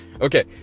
Okay